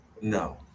no